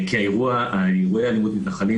כי אירועי אלימות מתנחלים,